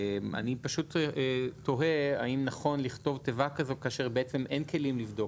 אני פשוט תוהה האם נכון לכתוב תיבה כזו כאשר בעצם אין כלים לבדוק